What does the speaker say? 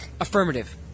Affirmative